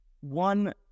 one